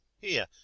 Here